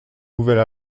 nouvelle